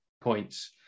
points